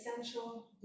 essential